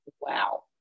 wow